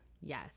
Yes